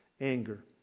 anger